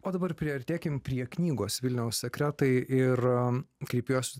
o dabar priartėkim prie knygos vilniaus sekretai ir kaip jos